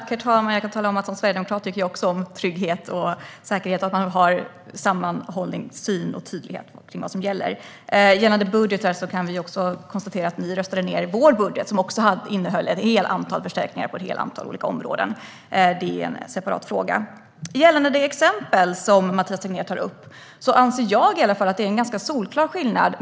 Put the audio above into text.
Herr talman! Jag kan tala om att som sverigedemokrat tycker jag också om trygghet och säkerhet och att man har en sammanhållen syn och en tydlighet i vad som gäller. Gällande budgetar kan vi konstatera att ni röstade ned vår budget, som också innehöll ett antal förstärkningar på ett antal olika områden. Men det är en separat fråga. Gällande det exempel som Mathias Tegnér tar upp anser i alla fall jag att det finns en solklar skillnad.